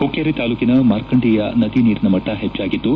ಹುಕ್ಕೇರಿ ತಾಲೂಕಿನ ಮಾರ್ಕಂಡೇಯ ನದಿ ನೀರಿನ ಮಟ್ಟ ಹೆಚ್ಚಾಗಿದ್ದು